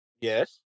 Yes